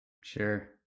Sure